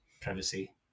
privacy